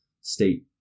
state